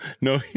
no